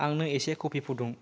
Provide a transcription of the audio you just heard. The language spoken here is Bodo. आंनो एसे कफि फुदुं